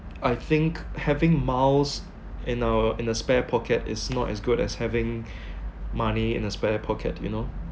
I think having miles in our in the spare pocket is not as good as having money in a spare pocket you know